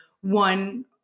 one